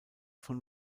von